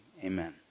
Amen